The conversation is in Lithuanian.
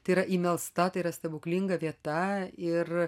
tai yra įmelsta tai yra stebuklinga vieta ir